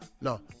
No